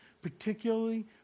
particularly